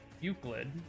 Euclid